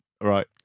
right